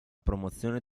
promozione